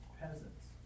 peasants